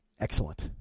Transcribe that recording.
Excellent